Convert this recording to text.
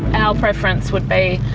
our preference would be